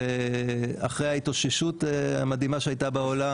ואחרי ההתאוששות המדהימה שהייתה בעולם.